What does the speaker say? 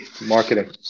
marketing